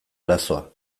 arazoa